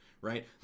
right